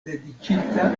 dediĉita